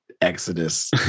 Exodus